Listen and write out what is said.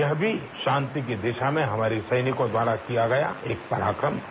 यह भी शांति की दिशा में हमारे सैनिकों द्वारा किया गया एक पराक्रम था